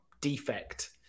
defect